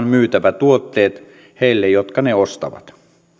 myytävä tuotteet heille jotka ne ostavat